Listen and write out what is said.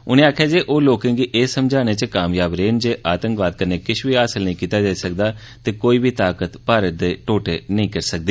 उनें आक्खेया जे ओ लोकें गी ए समझानें च कामयाब रेह न जे आतंकवाद कन्ने किष बी हासल नेंई कीता जाई सकदा ते कोई बी ताकत भारत दे टोटे नेई करी सकदी